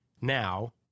now—